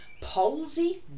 Palsy